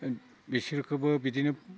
बिसोरखोबो बिदिनो